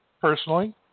personally